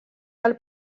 del